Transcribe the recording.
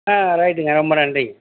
ஆ ரைட்டுங்க ரொம்ப நன்றிங்க